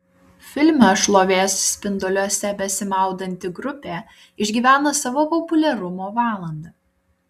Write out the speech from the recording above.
filme šlovės spinduliuose besimaudanti grupė išgyvena savo populiarumo valandą